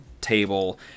table